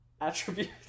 attributes